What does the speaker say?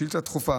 שאילתה דחופה,